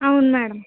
అవును మేడం